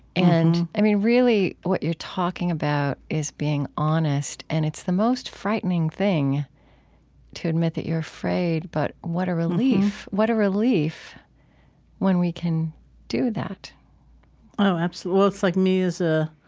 and i mean, really what you're talking about is being honest. and it's the most frightening thing to admit that you're afraid, but what a relief. what a relief when we can do that oh, absolutely. well, it's like me as a